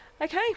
Okay